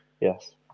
yes